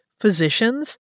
physicians